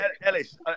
Ellis